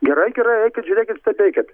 geraigerai eikit žiūrėkit stebėkit